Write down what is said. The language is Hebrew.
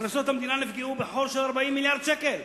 הכנסות המדינה נפגעו בחור של 40 מיליארד שקל.